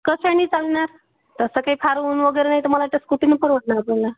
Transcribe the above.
कसंनी चालना तसं काही फार ऊन वगैरे नाही तर मला तर स्कूटीने परवडणार आपल्याला